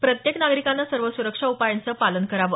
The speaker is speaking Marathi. प्रत्येक नागरिकाने सर्व सुरक्षा उपायांचं पालन करावं